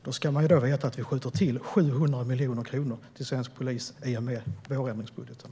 Vi skjuter ju till 700 miljoner kronor till svensk polis i och med vårändringsbudgeten.